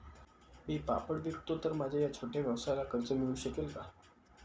मी पापड विकतो तर माझ्या या छोट्या व्यवसायाला कर्ज मिळू शकेल का?